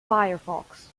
firefox